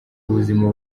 ubuzima